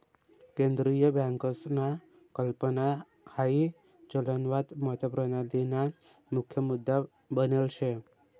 केंद्रीय बँकसना कल्पना हाई चलनवाद मतप्रणालीना मुख्य मुद्दा बनेल शे